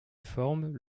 forme